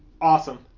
Awesome